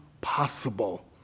possible